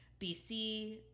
BC